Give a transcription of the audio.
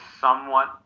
somewhat